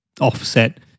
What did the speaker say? offset